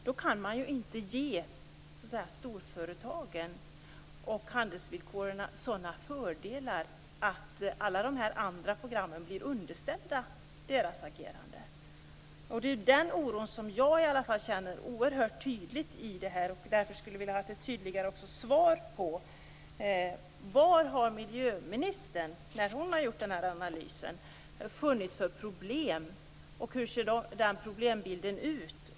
Då kan man inte ge storföretagen och handelsvillkoren sådana fördelar att alla de här andra programmen blir underställda deras agerande. Det är den oron som jag känner oerhört starkt, och jag skulle därför vilja ha ett tydligare svar: Vilka problem har miljöministern funnit när hon har gjort den här analysen? Hur ser den problembilden ut?